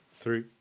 Three